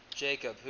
Jacob